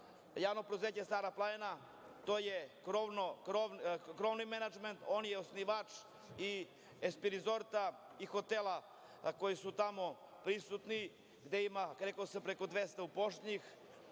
Javnog preduzeća „Stara planina“, to je krovni menadžment, on je osnivač i „SP Resorta“ i hotela koji su tamo prisutni, gde ima, rekao sam, prek 200 uposlenih.